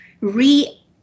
re